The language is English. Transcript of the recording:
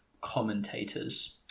commentators